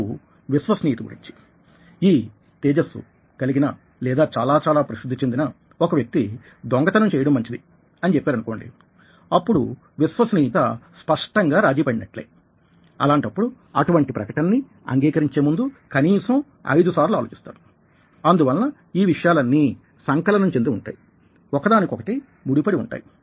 ఇప్పుడు విశ్వసనీయత గురించి ఈ తేజస్సు కలిగిన లేదా చాలా చాలా ప్రసిద్ధి చెందిన ఒక వ్యక్తి దొంగతనం చేయడం మంచిది అని చెప్పారు అనుకోండి అప్పుడు విశ్వసనీయత స్పష్టంగా రాజీ పడినట్లే అలాంటప్పుడు అటువంటి ప్రకటనని అంగీకరించే ముందు కనీసం ఐదు సార్లు ఆలోచిస్తారు అందువల్ల ఈ విషయాలన్నీ సంకలనం చెంది ఉంటాయి ఒకదానికొకటి ముడిపడి ఉంటాయి